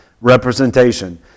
representation